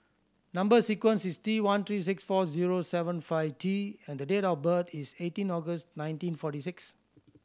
number sequence is T one three six four zero seven five T and the date of birth is eighteen August nineteen forty six